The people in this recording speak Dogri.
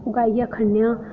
उगाइयै खन्ने आं